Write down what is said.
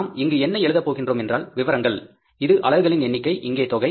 நாம் இங்கு என்ன எழுத போகின்றோம் என்றால் விவரங்கள் இது அலகுகளின் எண்ணிக்கை இங்கே தொகை